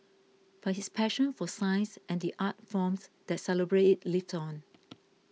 but his passion for science and the art forms that celebrate it lived on